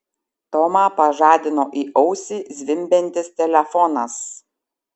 tomą pažadino į ausį zvimbiantis telefonas